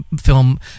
film